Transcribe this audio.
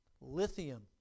Lithium